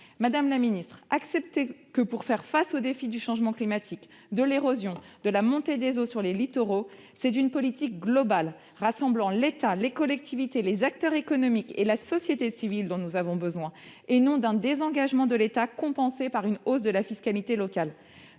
Madame la ministre, acceptez-le, pour faire face aux défis du changement climatique, de l'érosion et de la montée des eaux sur les littoraux, c'est d'une politique globale, rassemblant l'État, les collectivités, les acteurs économiques et la société civile, que nous avons besoin, non d'un désengagement de l'État, compensé par une hausse de la fiscalité locale.